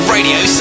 Radio